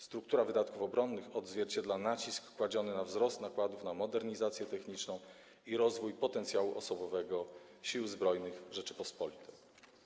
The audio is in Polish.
Struktura wydatków obronnych odzwierciedla nacisk kładziony na wzrost nakładów na modernizację techniczną i rozwój potencjału osobowego Sił Zbrojnych Rzeczypospolitej.